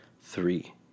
three